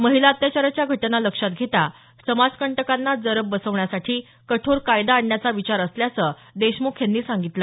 महिला अत्याचाराच्या घटना लक्षात घेता समाजकंटकांना जरब बसण्यासाठी कठोर कायदा आणण्याचा विचार असल्याचं देशमुख यांनी सांगितलं